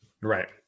Right